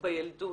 בילדות,